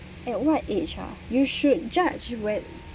at what age ah you should judge when